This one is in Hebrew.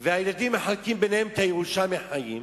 והילדים מחלקים ביניהם את הירושה בחיים,